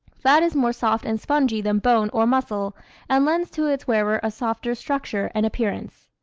fat is more soft and spongy than bone or muscle and lends to its wearer a softer structure and appearance.